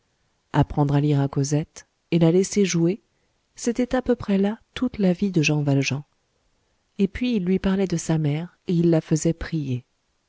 apprendre à lire à cosette et la laisser jouer c'était à peu près là toute la vie de jean valjean et puis il lui parlait de sa mère et il la faisait prier